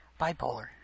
Bipolar